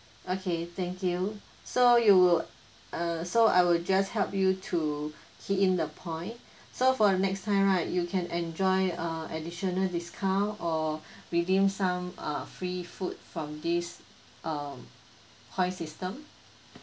okay thank you so you would err so I will just help you to key in the point so for next time right you can enjoy a additional discount or within some uh free food from this um point system